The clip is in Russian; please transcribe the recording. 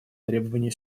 требования